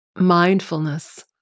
mindfulness